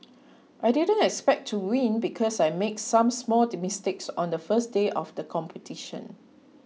I didn't expect to win because I made some small mistakes on the first day of the competition